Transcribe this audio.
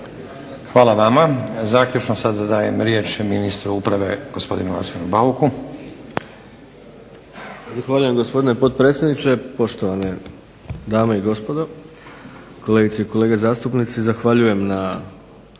Hvala vama. Zaključno sada dajem riječ ministru uprave, gospodinu Arsenu Bauku.